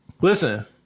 Listen